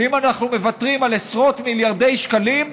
שאם אנחנו מוותרים על עשרות מיליארדי שקלים,